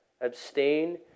Abstain